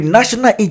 National